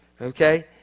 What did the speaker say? Okay